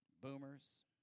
Boomers